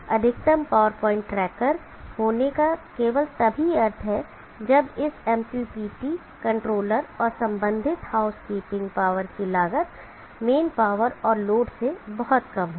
इसलिए यह अधिकतम पावर प्वाइंट ट्रैकर होने का केवल तभी अर्थ है जब इस MPPT कंट्रोलर और संबंधित हाउसकीपिंग पावर की लागत मेन पावर और लोड से बहुत कम हो